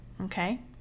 Okay